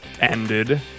ended